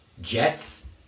Jets